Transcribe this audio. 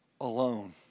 alone